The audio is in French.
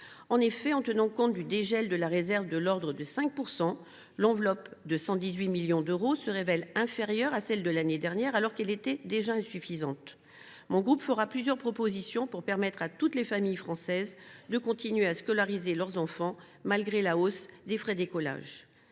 En effet, en tenant compte du dégel de la réserve de l’ordre de 5 %, l’enveloppe de 118 millions d’euros se révèle inférieure à celle de l’année dernière, qui était pourtant déjà insuffisante. Par ailleurs, mon groupe fera plusieurs propositions pour permettre à toutes les familles françaises de continuer à scolariser leurs enfants, malgré la hausse des frais d’écolage.